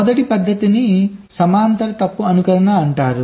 దటి పద్ధతిని సమాంతర తప్పు అనుకరణ అంటారు